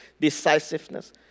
Decisiveness